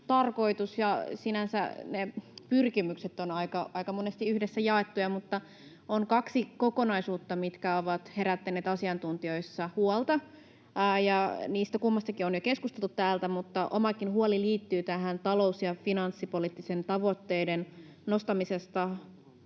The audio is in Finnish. tarkoitus ja sinänsä ne pyrkimykset ovat aika monesti yhdessä jaettuja, mutta on kaksi kokonaisuutta, mitkä ovat herättäneet asiantuntijoissa huolta. Niistä kummastakin on jo keskusteltu täällä, ja omakin huoleni liittyy tähän talous- ja finanssipoliittisten tavoitteiden nostamiseen